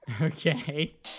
Okay